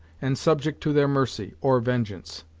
and subject to their mercy, or vengeance.